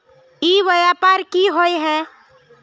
ई व्यापार की होय है?